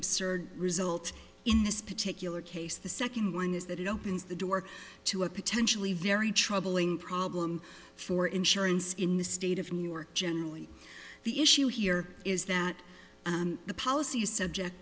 absurd result in this particular case the second one is that it opens the door to a potentially very troubling problem for insurance in the state of new york generally the issue here is that the policy